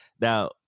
Now